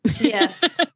yes